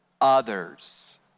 Others